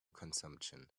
consumption